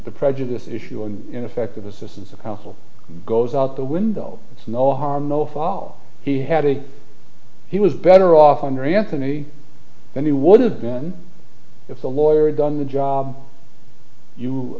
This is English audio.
the prejudice issue and ineffective assistance of counsel goes out the window it's no harm no foul he had a he was better off under anthony than he would have been if the lawyer had done the job you